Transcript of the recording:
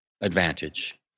advantage